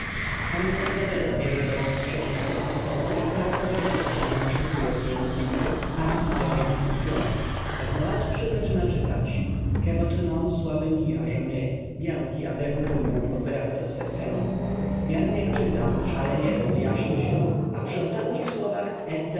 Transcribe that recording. panna izabela bierze do rąk książkę i powoli kartka za kartką wyszukuje w niej modlitwy acte de rsignation a znalazłszy zaczyna czytać que votre nom soit bni a jamais bien qui avez voulu mprouver par cette peine w miarę jak czyta szare niebo wyjaśnia się a przy ostatnich słowach